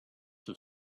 have